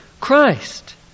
Christ